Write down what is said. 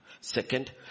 Second